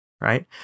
right